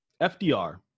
fdr